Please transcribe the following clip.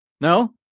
No